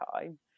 time